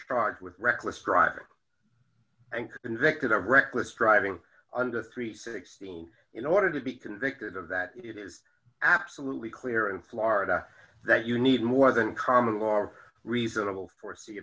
struck with reckless driving and convicted of reckless driving under three hundred and sixteen in order to be convicted of that it is absolutely clear in florida that you need more than common law or reasonable foresee